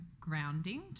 grounding